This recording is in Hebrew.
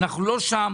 אנחנו לא שם.